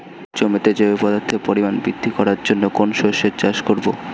জমিতে জৈব পদার্থের পরিমাণ বৃদ্ধি করার জন্য কোন শস্যের চাষ করবো?